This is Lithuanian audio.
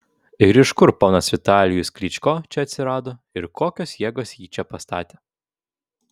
ir iš kur ponas vitalijus klyčko čia atsirado ir kokios jėgos jį čia pastatė